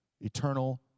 Eternal